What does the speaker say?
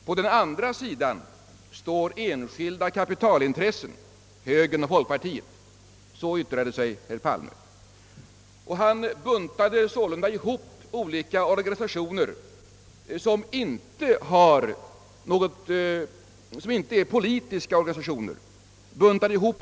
På den andra sidan står enskilda kapitalintressen, högern och folkpartiet.» Han buntade sålunda ihop olika ickepolitiska organisationer med politiska partier.